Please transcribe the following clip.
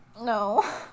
No